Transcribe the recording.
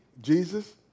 Jesus